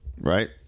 Right